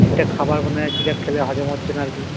ঠিকঠাক খাবার মানে ঠিকঠাক খেলে হজম হচ্ছে না আর কি